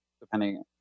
depending